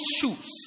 shoes